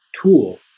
tool